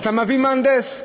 אתה מביא מהנדס.